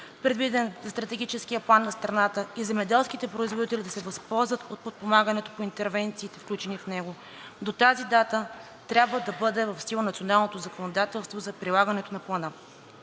предвиден за Стратегическия план на страната, и земеделските производители да се възползват от подпомагането по интервенциите, включени в него, до тази дата трябва да бъде в сила националното законодателство за прилагането на Плана.